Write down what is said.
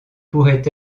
pourrait